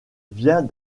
vient